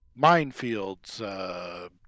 minefields